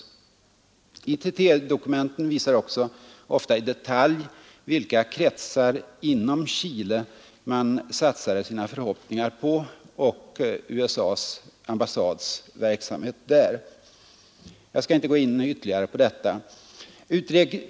ITT-dokumenten visar också, ofta i detalj, vilka kretsar inom Chile man satsade sina förhoppningar på och USA s ambassads verksamhet där. Jag skall inte gå ytterligare in på detta.